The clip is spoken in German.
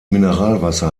mineralwasser